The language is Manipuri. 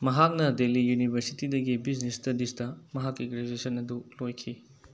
ꯃꯍꯥꯛꯅ ꯗꯦꯜꯂꯤ ꯌꯨꯅꯤꯕꯔꯁꯤꯇꯤꯗꯒꯤ ꯕꯤꯖꯤꯅꯦꯁ ꯁ꯭ꯇꯗꯤꯁꯇ ꯃꯍꯥꯛꯀꯤ ꯒ꯭ꯔꯦꯖꯨꯋꯦꯁꯟ ꯑꯗꯨ ꯂꯣꯏꯈꯤ